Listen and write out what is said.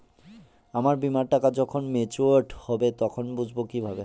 আমার বীমার টাকা যখন মেচিওড হবে তখন বুঝবো কিভাবে?